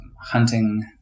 hunting